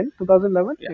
2011